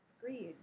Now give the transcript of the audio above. Greed